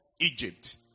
Egypt